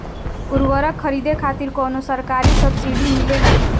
उर्वरक खरीदे खातिर कउनो सरकारी सब्सीडी मिलेल?